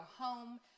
home